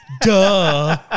Duh